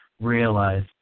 realize